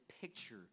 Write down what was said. picture